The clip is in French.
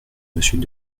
monsieur